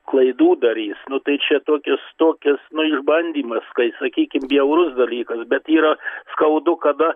klaidų darys nu tai čia tokius tokius nu išbandymas kai sakykim bjaurus dalykas bet yra skaudu kada